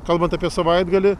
kalbant apie savaitgalį